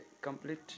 complete